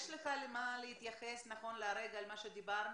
יש לך למה להתייחס נכון לעכשיו על מה שדיברנו?